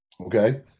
Okay